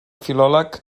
filòleg